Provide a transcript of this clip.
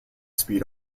speed